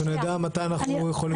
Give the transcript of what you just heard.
כדי שנדע מתי אנחנו יכולים לקבל את זה.